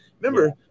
remember